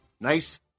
Nice